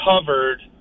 covered